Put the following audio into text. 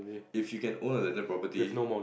if you can own a landed property